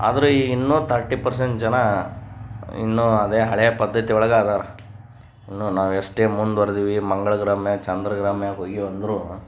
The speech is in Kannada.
ಆದರೂ ಈಗ ಇನ್ನೂ ತರ್ಟಿ ಪರ್ಸೆಂಟ್ ಜನ ಇನ್ನೂ ಅದೇ ಹಳೆಯ ಪದ್ಧತಿ ಒಳಗೇ ಇದಾರೆ ಇನ್ನೂ ನಾವು ಎಷ್ಟೇ ಮುಂದುವರ್ದೀವಿ ಮಂಗಳ ಗ್ರಹ ಮ್ಯಾಲ ಚಂದ್ರ ಗ್ರಹ ಮ್ಯಾಲ ಹೋಗೀವಿ ಅಂದರೂ